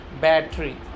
battery